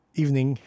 evening